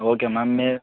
okay ma'am me